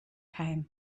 came